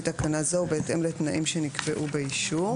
תקנה זו ובהתאם לתנאים שנקבעו באישור.